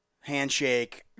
handshake